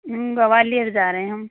ग्वालियर जा रहें हम